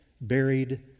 buried